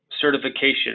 certification